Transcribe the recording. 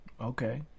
Okay